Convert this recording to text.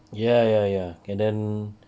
ya ya ya and then